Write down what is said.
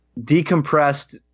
decompressed